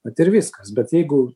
vat ir viskas bet jeigu